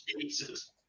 Jesus